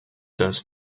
dass